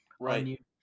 Right